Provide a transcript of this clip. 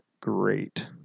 great